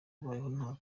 babayeho